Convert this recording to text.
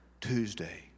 Tuesday